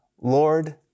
Lord